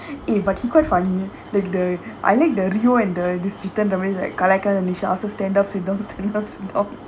eh but he quite funny like the I like the rio and the the ajeedh and ramesh ask them stand up sit down stand uup sit down